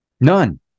None